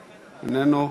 איננו,